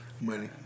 money